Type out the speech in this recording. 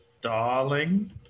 darling